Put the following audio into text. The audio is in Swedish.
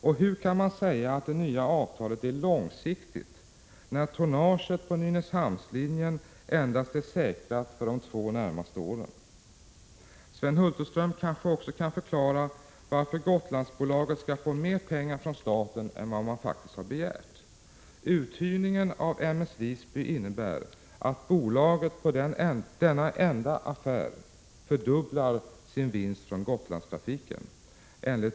Och hur kan man säga att det nya avtalet är långsiktigt när tonnaget på Nynäshamnslinjen endast är säkrat för de två närmaste åren? Sven Hulterström kanske också kan förklara varför Gotlandsbolaget skall få mer pengar från staten än vad det har begärt. Uthyrningen av M/S Visby innebär — enligt bolagets egna uppgifter — att bolaget på denna enda affär fördubblar sin vinst på Gotlandstrafiken.